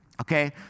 okay